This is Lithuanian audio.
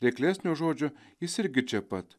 reiklesnio žodžio jis irgi čia pat